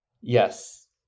Yes